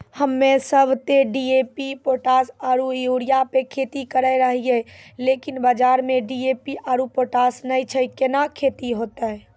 हम्मे सब ते डी.ए.पी पोटास आरु यूरिया पे खेती करे रहियै लेकिन बाजार मे डी.ए.पी आरु पोटास नैय छैय कैना खेती होते?